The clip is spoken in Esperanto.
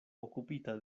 okupita